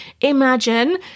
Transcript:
imagine